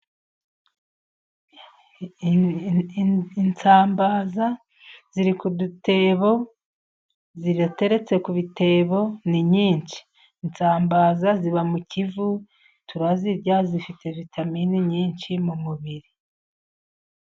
Isambaza ziri ku dutebo zirateretse ku bitebo ni nyinshi isambaza ziba mu kivu turazirya zifite vitamine nyinshi mu mubiri.